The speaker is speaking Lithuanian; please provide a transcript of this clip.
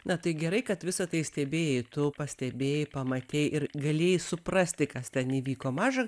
na tai gerai kad visa tai stebėjai tu pastebėjai pamatei ir galėjai suprasti kas ten įvyko maža